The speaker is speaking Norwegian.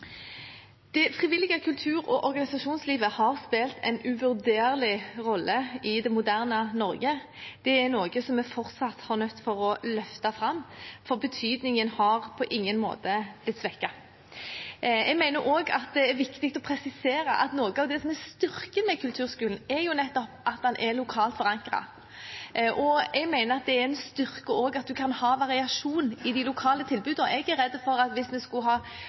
Det frivillige kultur- og organisasjonslivet har spilt en uvurderlig rolle i det moderne Norge. Det er noe som vi fortsatt er nødt til å løfte fram, for betydningen har på ingen måte blitt svekket. Jeg mener også det er viktig å presisere at noe av styrken med kulturskolen er at den er lokalt forankret, og at det er en styrke å ha variasjon i de lokale tilbudene. Jeg er redd for at